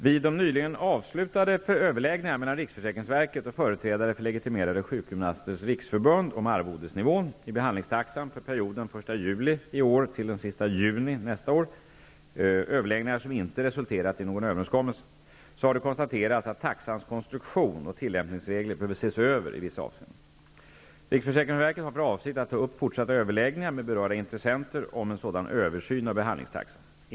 Vid de nyligen avslutade överläggningarna mellan riksförsäkringsverket och företrädare för 1 juli i år till den 30 juni nästa år -- överläggningar som inte resulterade i en överenskommelse -- har konstaterats att taxans konstruktion och tillämpningsregler behöver ses över i vissa avseenden. Riksförsäkringsverket har för avsikt att ta upp fortsatta överläggningar med berörda intressenter om en sådan översyn av behandlingstaxan.